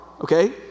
okay